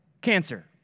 cancer